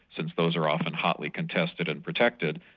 since those are often hotly contested and protected,